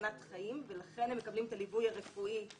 סכנת חיים ולכן הם מקבלים את הליווי הרפואי גם